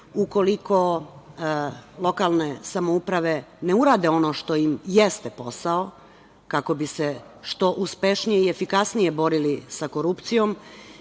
ukoliko lokalne samouprave ne urade ono što im jeste posao, kako bi se što uspešnije i efikasnije borili sa korupcijom